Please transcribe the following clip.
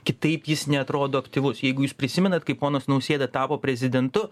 kitaip jis neatrodo aktyvus jeigu jūs prisimenat kaip ponas nausėda tapo prezidentu